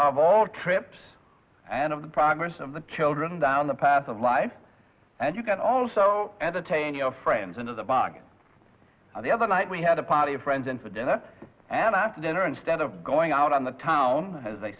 of all trips and of the progress of the children down the path of life and you can also add a tainio friends into the bog on the other night we had a party of friends in for dinner and after dinner instead of going out on the town as they